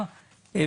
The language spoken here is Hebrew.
הצבעה ההצבעה אושרה.